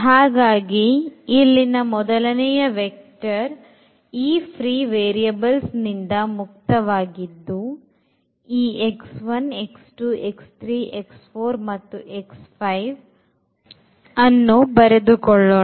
ಹಾಗಾಗಿ ಇಲ್ಲಿನ ಮೊದಲನೇ ವೆಕ್ಟರ್ ಈ ಫ್ರೀ ವೇರಿಯೇಬಲ್ಸ್ ನಿಂದ ಮುಕ್ತವಾಗಿದ್ದು ಈ x 1 x 2 x 3 x 4 ಮತ್ತು x 5ಬರೆದುಕೊಳ್ಳೋಣ